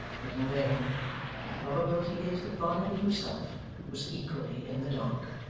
but in vain and the probability is that barnaby himself was equally in the dark.